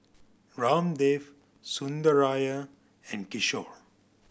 Ramdev Sundaraiah and Kishore